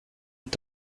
und